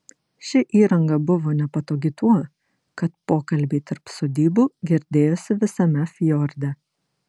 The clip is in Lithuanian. ši įranga buvo nepatogi tuo kad pokalbiai tarp sodybų girdėjosi visame fjorde